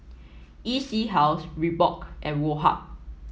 E C House Reebok and Woh Hup